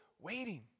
waiting